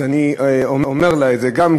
אז אני אומר לה את זה גם כן,